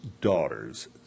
daughters